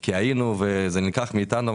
כי היינו וזה נלקח מאיתנו.